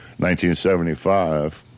1975